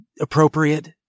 appropriate